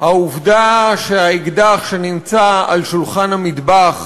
העובדה שהאקדח שנמצא על שולחן המטבח